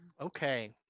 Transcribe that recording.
Okay